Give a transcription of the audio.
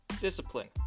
discipline